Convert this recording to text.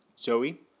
Zoe